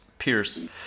Pierce